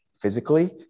physically